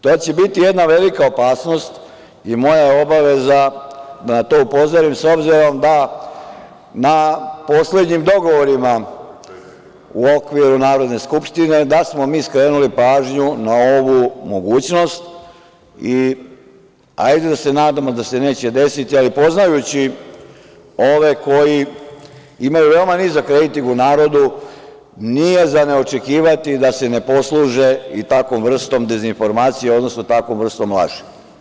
To će biti jedna velika opasnost i moja je obaveza da na to upozorim, obzirom da na poslednjim dogovorima u okviru Narodne skupštine, da smo mi skrenuli pažnju na ovu mogućnost i ajde da se nadamo da se neće desiti, ali poznajući ove koji imaju veoma nizak rejting u narodu, nije za ne očekivati da se ne posluže i takvom vrstom dezinformacija, odnosno takvom vrstom laži.